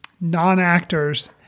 non-actors